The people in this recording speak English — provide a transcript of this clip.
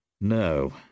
No